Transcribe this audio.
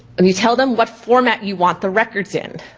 and you tell them what format you want the records in.